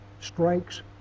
strikes